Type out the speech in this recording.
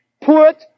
Put